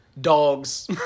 dogs